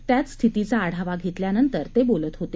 त्यात स्थितीचा आढावा घेतल्यानंतर ते बोलत होते